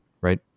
right